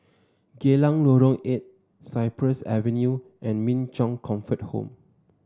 Geylang Lorong Eight Cypress Avenue and Min Chong Comfort Home